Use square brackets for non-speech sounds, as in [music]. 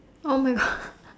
!oh-my-God! [laughs]